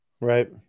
Right